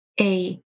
-A